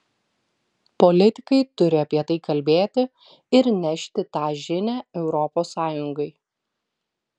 politikai turi apie tai kalbėti ir nešti tą žinią europos sąjungai